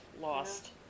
lost